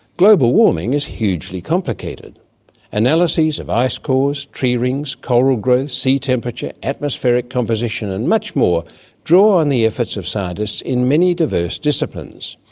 global warming is hugely complicated analyses of ice cores, tree rings, coral growth, sea temperature, atmospheric composition and much more draw on the efforts of scientists in many diverse disciplines.